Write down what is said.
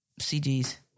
CG's